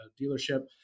dealership